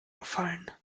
gefallen